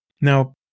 Now